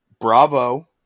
bravo